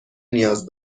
نیاز